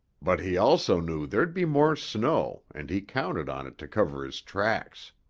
but he also knew there'd be more snow and he counted on it to cover his tracks.